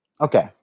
Okay